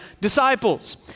disciples